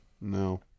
No